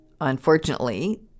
unfortunately